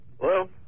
Hello